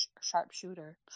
sharpshooter